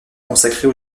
consacrés